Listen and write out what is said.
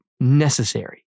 necessary